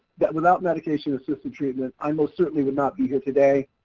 that without medication-assisted treatment, i most certainly would not be here today,